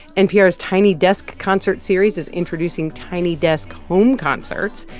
npr's tiny desk concert series is introducing tiny desk home concerts.